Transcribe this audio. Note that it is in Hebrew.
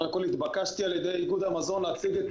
התבקשתי על-ידי איגוד המזון להציג את